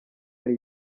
hari